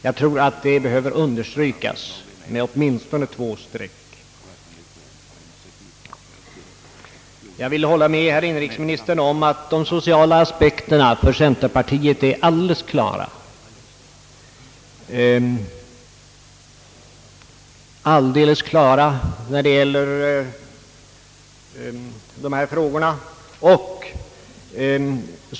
Jag tror att detta behöver strykas under med åtminstone två streck. Jag vill hålla med inrikesministern om att de sociala aspekterna för centerpartiet är alldeles klara när det gäller dessa frågor.